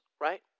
right